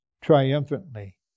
triumphantly